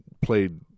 played